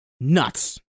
nuts